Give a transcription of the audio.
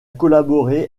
collaboré